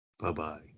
Bye-bye